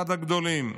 אחד הגדולים.